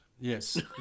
Yes